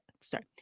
sorry